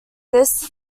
this